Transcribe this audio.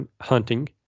hunting